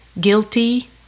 guilty